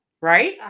right